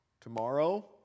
tomorrow